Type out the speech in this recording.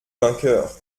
vainqueur